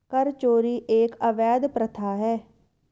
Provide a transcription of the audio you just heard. कर चोरी एक अवैध प्रथा है